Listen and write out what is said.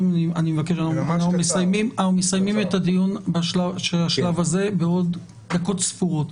אנחנו מסיימים את הדיון של השלב הזה בעוד דקות ספורות.